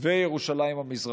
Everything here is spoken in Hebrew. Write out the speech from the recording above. וירושלים המזרחית.